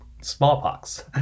smallpox